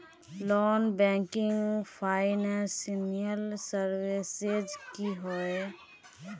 Non banking financial services की होय?